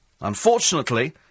Unfortunately